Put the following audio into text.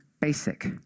basic